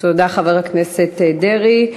תודה, חבר הכנסת דרעי.